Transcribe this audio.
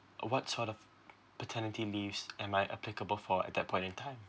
what sort of paternity leaves am I applicable for at that point in time